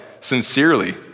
sincerely